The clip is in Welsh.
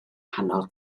nghanol